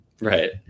Right